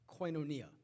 koinonia